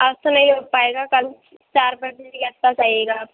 اب تو نہیں ہو پائے گا کل چار بجے کے آس پاس آئیے گا آپ